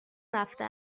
رفته